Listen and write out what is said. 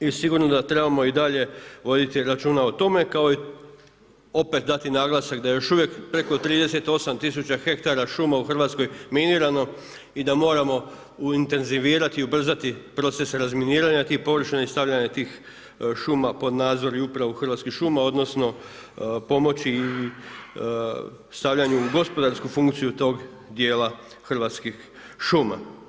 I sigurno da trebamo i dalje voditi računa o tome kao i opet dati naglasak da je još uvijek preko 38000 ha šuma u Hrvatskoj minirano i da moramo intenzivirati i ubrzati proces razminiranja tih površina i stavljanja tih šuma pod nadzor i upravu Hrvatskih šuma, odnosno pomoći i stavljanju u gospodarsku funkciju tog dijela Hrvatskih šuma.